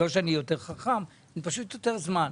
לא שאני יותר חכם, אני פשוט יותר זמן.